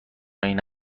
این